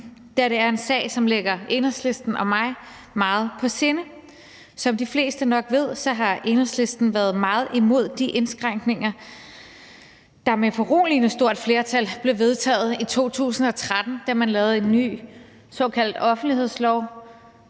da det er en sag, som ligger Enhedslisten og mig meget på sinde. Som de fleste nok ved, har Enhedslisten været meget imod de indskrænkninger, der med et foruroligende stort flertal blev vedtaget i 2013, da man lavede en ny såkaldt offentlighedslov